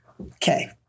okay